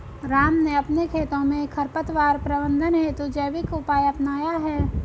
राम ने अपने खेतों में खरपतवार प्रबंधन हेतु जैविक उपाय अपनाया है